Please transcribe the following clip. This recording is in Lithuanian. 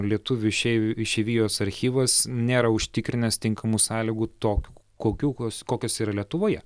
lietuvių išeivių išeivijos archyvas nėra užtikrinęs tinkamų sąlygų tokių kokių kos kokios yra lietuvoje